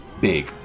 Big